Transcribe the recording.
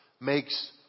makes